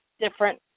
different